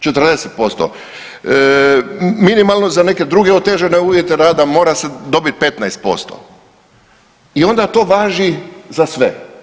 40%, minimalno za neke druge otežane uvjete rada mora se dobiti 15% i onda to važi za sve.